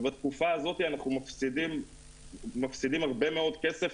ובתקופה הזאת אנחנו מפסידים הרבה מאוד כסף,